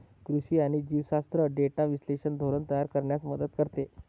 कृषी आणि जीवशास्त्र डेटा विश्लेषण धोरण तयार करण्यास मदत करते